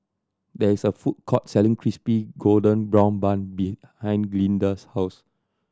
there is a food court selling Crispy Golden Brown Bun behind Glynda's house